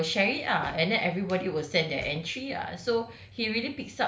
ah he will share it ah and then everybody will send their entry ah so